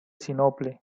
sinople